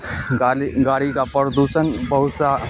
گالی گاڑی کا پردوشن بہت سا